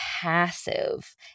passive